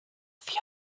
feel